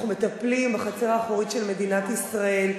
אנחנו מטפלים בחצר האחורית של מדינת ישראל.